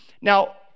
Now